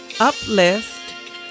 uplift